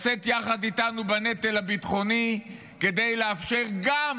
לשאת יחד איתנו בנטל הביטחוני כדי לאפשר גם